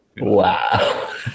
wow